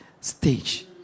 stage